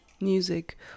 music